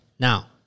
Now